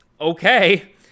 okay